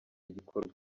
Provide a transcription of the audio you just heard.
gikorwa